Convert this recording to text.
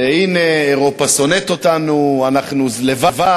הנה, אירופה שונאת אותנו, אנחנו לבד.